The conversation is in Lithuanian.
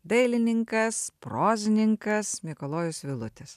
dailininkas prozininkas mikalojus vilutis